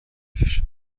بکش